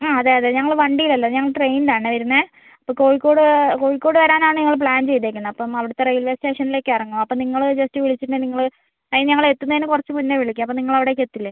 ആ അതെ അതെ ഞങ്ങൾ വണ്ടിയിൽ അല്ല ഞങ്ങൾ ട്രെയിനിൽ ആണേ വരുന്നത് അപ്പം കോഴിക്കോട് കോഴിക്കോട് വരാൻ ആണ് ഞങ്ങൾ പ്ലാൻ ചെയ്തേക്കുന്നത് അപ്പം അവിടത്തെ റെയിൽവേ സ്റ്റേഷനിലേക്ക് ഇറങ്ങും അപ്പം നിങ്ങൾ ജസ്റ്റ് വിളിച്ചിട്ട് നിങ്ങൾ അതിന് ഞങ്ങൾ എത്തുന്നേന് കുറച്ച് മുന്നേ വിളിക്കാം അപ്പം നിങ്ങൾ അവിടേക്ക് എത്തില്ലേ